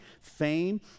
fame